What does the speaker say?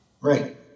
Right